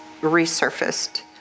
resurfaced